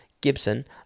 Gibson